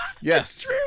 Yes